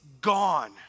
gone